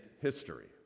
history